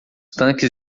tanques